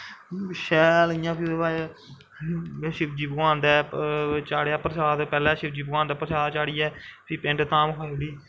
शैल इ'यां फ्ही ओह्दे बाद च में शिवजी भगवान दै चाढ़ेआ परशाद में शिवजी भगवान दै परशाद चाढ़ियै फ्ही पिंड धाम खाई ओड़ी